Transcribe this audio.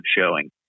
showing